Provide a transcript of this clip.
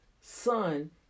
son